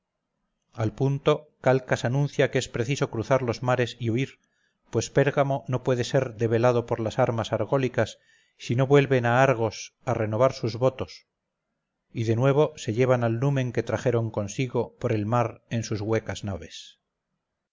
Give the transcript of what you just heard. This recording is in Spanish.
al punto calcas anuncia que es preciso cruzar los mares y huir pues pérgamo no puede ser debelado por las armas argólicas si no vuelven a argos a renovar sus votos y de nuevo se llevan al numen que trajeron consigo por el mar en sus huecas naves